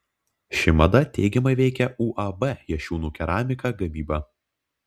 ši mada teigiamai veikia uab jašiūnų keramika gamybą